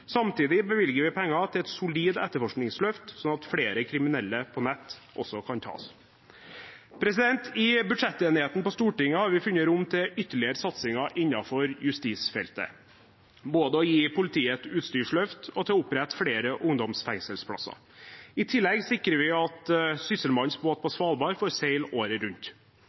Samtidig bevilger vi penger til et solid etterforskningsløft slik at flere kriminelle på nett også kan tas. I budsjettenigheten på Stortinget har vi funnet rom til ytterligere satsinger innenfor justisfeltet, både til å gi politiet et utstyrsløft og til å opprette flere ungdomsfengselsplasser. I tillegg sikrer vi at Sysselmannens båt på Svalbard får seile året rundt.